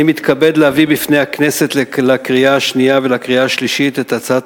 אני מתכבד להביא בפני הכנסת לקריאה השנייה ולקריאה השלישית את הצעת